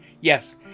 Yes